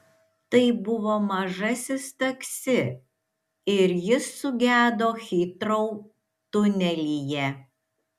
tai buvo mažasis taksi ir jis sugedo hitrou tunelyje